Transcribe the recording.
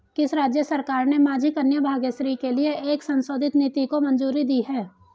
किस राज्य सरकार ने माझी कन्या भाग्यश्री के लिए एक संशोधित नीति को मंजूरी दी है?